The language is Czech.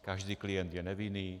Každý klient je nevinný.